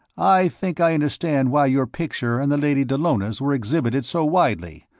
i think i understand why your picture and the lady dallona's were exhibited so widely,